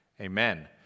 Amen